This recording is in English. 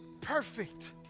perfect